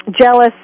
Jealous